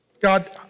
God